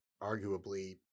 arguably